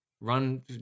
Run